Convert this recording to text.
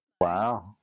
Wow